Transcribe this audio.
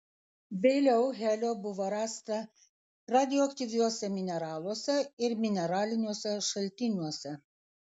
vėliau helio buvo rasta radioaktyviuose mineraluose ir mineraliniuose šaltiniuose